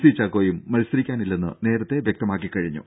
C ചാക്കോയും മത്സരിക്കാനില്ലെന്ന് നേരത്തെ വ്യക്തമാക്കിക്കഴിഞ്ഞു